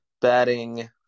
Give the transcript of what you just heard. Batting